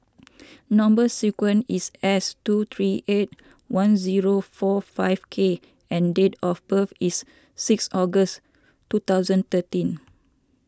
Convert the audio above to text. Number Sequence is S two three eight one zero four five K and date of birth is six August two thousand thirteen